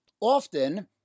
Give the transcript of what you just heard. Often